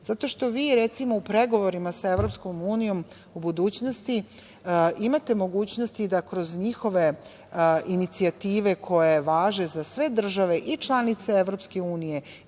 Zato što vi, recimo u pregovorima sa EU u budućnosti, imate mogućnosti da kroz njihove inicijative koje važe za sve države i članice EU